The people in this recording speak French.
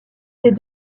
ces